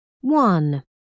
One